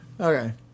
Okay